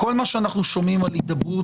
יש לנו הישגים מדהימים,